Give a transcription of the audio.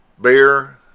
beer